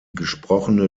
gesprochene